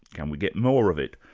can we get more of it?